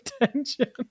attention